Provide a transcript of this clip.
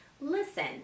listen